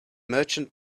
merchant